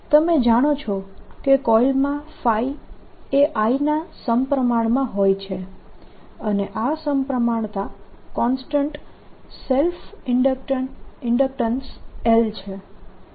તમે જાણો છો કે કોઇલમાં એ I ના સમપ્રમાણમાં હોય છે અને આ સમપ્રમાણતા કોન્સ્ટન્ટ સેલ્ફ ઇન્ડકટન્સ L છે